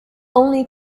only